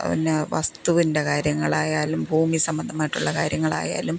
പിന്നെ വസ്തുവിൻ്റെ കാര്യങ്ങളായാലും ഭൂമിസംബദ്ധമായിട്ടുള്ള കാര്യങ്ങളായാലും